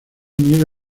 niega